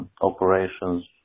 operations